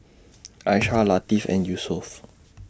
Aishah Latif and Yusuf